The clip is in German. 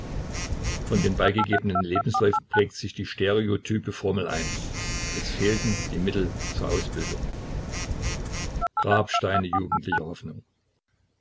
von den beigegebenen lebensläufen prägt sich die stereotype formel ein es fehlten die mittel zur ausbildung grabsteine jugendlicher hoffnung